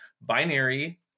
Binary